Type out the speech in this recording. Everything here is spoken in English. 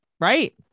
right